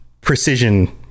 precision